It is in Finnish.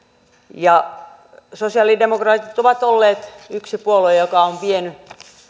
sosiaalidemokraatit ovat olleet yksi puolue joka on vienyt